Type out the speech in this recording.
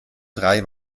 drei